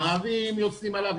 ערבים נוסעים עליו,